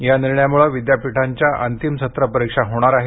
या निर्णयामुळे विद्यापीठांच्या अंतिम सत्र परीक्षा होणार आहेत